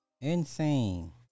Insane